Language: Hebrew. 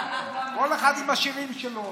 כל אחד עם השירים שלו.